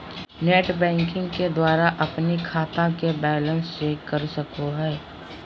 net banking के द्वारा अपन बैंक खाता के बैलेंस चेक कर सको हो